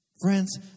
Friends